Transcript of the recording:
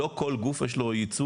לא לכל גוף יש ייצוג,